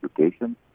education